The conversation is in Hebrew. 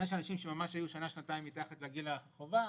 אז אנשים שהיו שנה או שנתיים מתחת לגיל החובה,